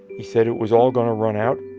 he said it was all going to run out.